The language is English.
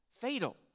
fatal